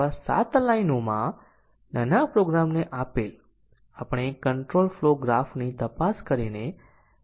અને નિર્ણય તે જ છે જે પ્રોગ્રામ ફ્લો નક્કી કરે છે કંટ્રોલ ફ્લો તે કંપાઉંડ ની કન્ડીશનનું પરિણામ નક્કી કરે છે